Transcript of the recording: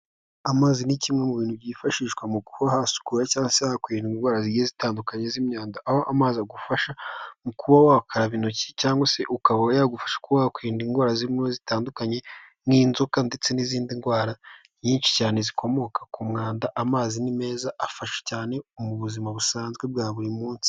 Amazi ni kimwe mu bintu byifashishwa mu hasukura cyangwa se hakwirindwa indwara zigiye zitandukanye z'imyanda, aho amazi agufasha kuba wakaraba intoki cyangwa se ukaba yagufasha kuba wakwirinda indwara zirimo zitandukanye nk'inzoka ndetse n'izindi ndwara nyinshi cyane zikomoka ku mwanda. Amazi ni meza afasha cyane mu buzima busanzwe bwa buri munsi.